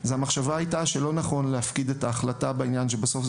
היא המחשבה שלא נכון להפקיד את ההחלטה בעניין כי בסוף,